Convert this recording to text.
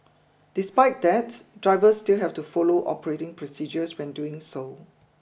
despite that drivers still have to follow operating procedures when doing so